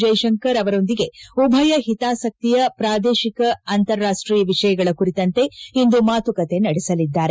ಜೈಶಂಕರ್ ಅವರೊಂದಿಗೆ ಉಭಯ ಹಿತಾಸಕ್ತಿಯ ಪ್ರಾದೇಶಿಕ ಅಂತಾರಾಷ್ಟೀಯ ವಿಷಯಗಳ ಕುರಿತಂತೆ ಇಂದು ಮಾತುಕತೆ ನಡೆಸಲಿದ್ದಾರೆ